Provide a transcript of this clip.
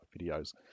videos